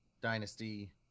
Dynasty